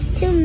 Two